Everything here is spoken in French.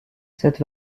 cette